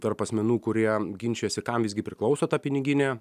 tarp asmenų kurie ginčijasi kam visgi priklauso ta piniginė